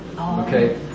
okay